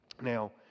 Now